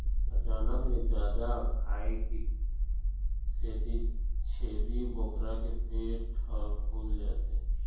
अचानक ले जादा खाए के सेती छेरी बोकरा के पेट ह फूल जाथे